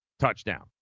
touchdown